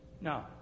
No